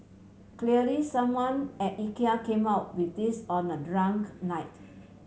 clearly someone at Ikea came out with this on a drunk night